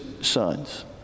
sons